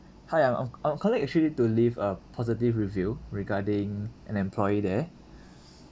hi I'm I'm I'm calling actually to leave a positive review regarding an employee there